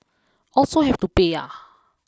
also have to pay ah